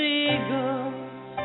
eagles